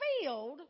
field